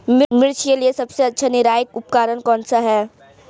मिर्च के लिए सबसे अच्छा निराई उपकरण कौनसा है?